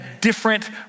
different